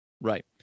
Right